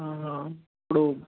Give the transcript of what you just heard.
ఆహా ఇప్పుడు